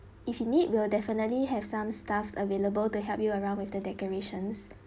if you need we'll definitely have some staffs available to help you around with the decorations